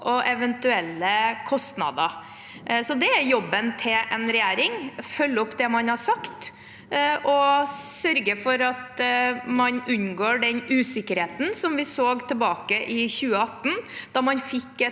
og eventuelle kostnader. Det er jobben til en regjering – følge opp det man har sagt, og sørge for at man unngår den usikkerheten som vi så tilbake i 2018, da man fikk et